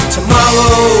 Tomorrow